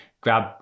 grab